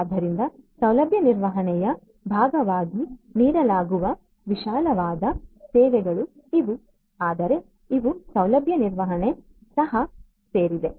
ಆದ್ದರಿಂದ ಸೌಲಭ್ಯ ನಿರ್ವಹಣೆಯ ಭಾಗವಾಗಿ ನೀಡಲಾಗುವ ವಿಶಾಲವಾದ ಸೇವೆಗಳು ಇವು ಆದರೆ ಇವು ಸೌಲಭ್ಯ ನಿರ್ವಹಣೆಯಲ್ಲಿ ಸಹ ಸೇರಿವೆ